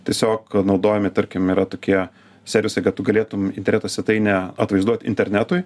tiesiog naudojami tarkim yra tokie servisai kad tu galėtum interneto svetainę atvaizduot internetui